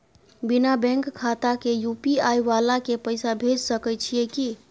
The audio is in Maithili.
बिना बैंक खाता के यु.पी.आई वाला के पैसा भेज सकै छिए की?